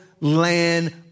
land